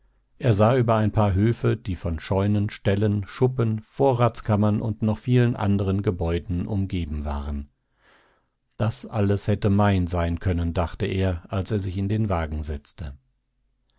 er sah über ein paar höfe die von scheunen ställen schuppen vorratskammern und noch vielen andern gebäuden umgeben waren das alles hätte mein sein können dachte er als er sich in den wagen setzte